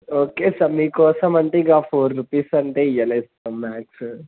okay sir మీకోసం అంటే ఇక ఫోర్ రుపీస్ అంటే ఎలాయిస్తాం మ్యాక్స్